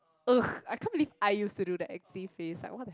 !ugh! I can't believe I used to do the X D face like what the